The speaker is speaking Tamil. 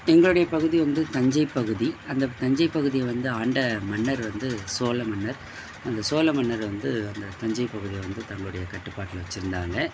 எங்களோடைய பகுதி வந்து தஞ்சைப் பகுதி அந்த தஞ்சைப் பகுதியை வந்து ஆண்ட மன்னர் வந்து சோழ மன்னர் அந்த சோழ மன்னர் வந்து அந்த தஞ்சைப் பகுதியை வந்து தங்களோடைய கட்டுப்பாட்டில் வைச்சுருந்தாங்க